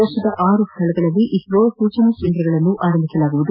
ದೇಶದ ಆರು ಸ್ಥಳಗಳಲ್ಲಿ ಇಸ್ರೋ ಸೂಚನಾ ಕೇಂದ್ರಗಳನ್ನು ಆರಂಭಿಸಲಾಗುವುದು